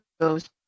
goes